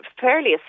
fairly